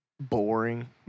Boring